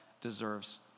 deserves